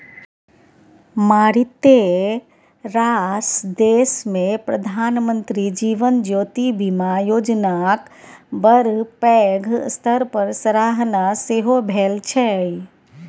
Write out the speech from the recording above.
मारिते रास देशमे प्रधानमंत्री जीवन ज्योति बीमा योजनाक बड़ पैघ स्तर पर सराहना सेहो भेल छै